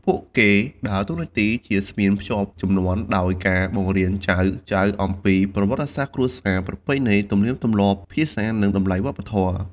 ពួកគេដើរតួជាស្ពានភ្ជាប់ជំនាន់ដោយការបង្រៀនចៅៗអំពីប្រវត្តិសាស្រ្តគ្រួសារ ប្រពៃណី ទំនៀមទម្លាប់ ភាសា និងតម្លៃវប្បធម៌។